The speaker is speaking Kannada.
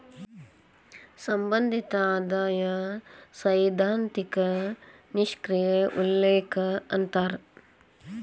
ಸಂಬಂಧಿತ ಆದಾಯ ಸೈದ್ಧಾಂತಿಕ ನಿಷ್ಕ್ರಿಯ ಉಲ್ಲೇಖ ಅಂತಾರ